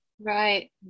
Right